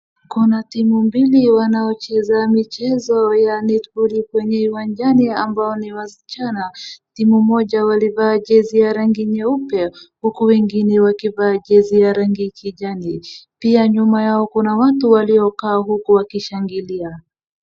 Kuna timu mbili wanaocheza michezo ya netboli kwenye uwanjani, wao ni asichana, timu moja walivaa jezi ya rangi nyeupe huku wengine wakivaa jezi ya rangi kijani. Pia nyuma yao kuna watu walioka huko wakishangilia.